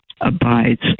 abides